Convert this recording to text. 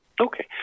Okay